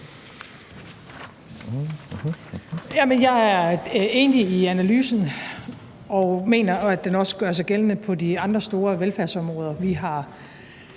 jeg er enig i analysen og mener, at den også gør sig gældende på de andre store velfærdsområder. Vi har